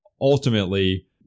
ultimately